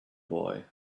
boy